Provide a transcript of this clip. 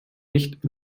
nicht